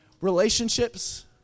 Relationships